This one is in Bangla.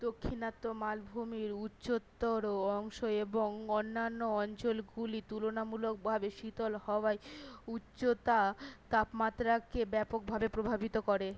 দাক্ষিণাত্য মালভূমির উচ্চতর অংশ এবং অন্যান্য অঞ্চলগুলি তুলনামূলকভাবে শীতল হওয়ায় উচ্চতা তাপমাত্রাকে ব্যাপকভাবে প্রভাবিত করে